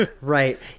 Right